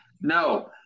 no